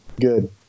Good